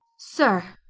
sir,